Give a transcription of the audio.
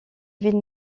ville